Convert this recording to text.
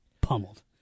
pummeled